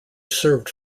served